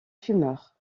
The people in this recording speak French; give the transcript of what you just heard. fumeur